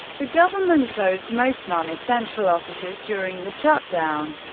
the government closed most non-essential offices during the shutdown,